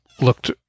looked